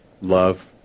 love